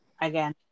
again